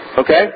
Okay